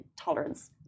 tolerance